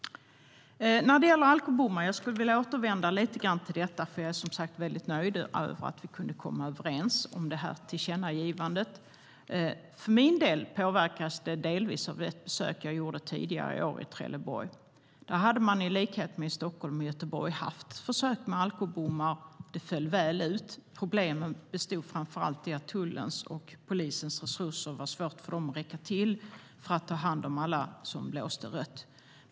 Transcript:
Jag skulle vilja återkomma lite grann till frågan om alkobommar, för jag är som sagt väldigt nöjd med att vi kunde komma överens om tillkännagivandet. För min del påverkas det delvis av ett besök som jag gjorde tidigare i år i Trelleborg. Där hade man i likhet med Stockholm och Göteborg haft försök med alkobommar, och det föll väl ut. Problemen bestod framför allt i att tullens och polisens resurser inte räckte till för att ta hand om alla som blåste rött.